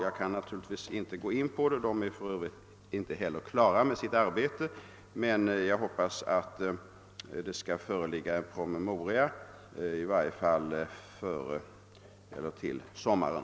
Jag kan inte här gå in på detta, då arbetsgruppen ännu inte är klar med sitt arbete; jag hoppas emellertid att det skall föreligga en promemoria till sommaren.